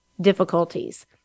difficulties